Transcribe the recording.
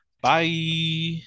Bye